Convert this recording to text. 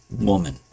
woman